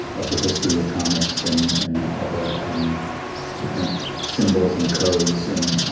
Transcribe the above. of the history of comic. so and and all the um different symbols and codes and